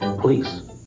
Please